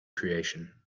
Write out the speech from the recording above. creation